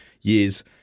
years